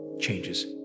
changes